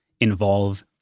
involve